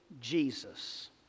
Jesus